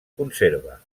conserva